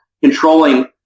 controlling